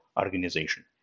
organization